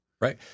Right